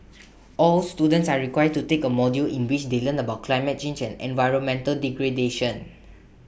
all students are required to take A module in which they learn about climate change and environmental degradation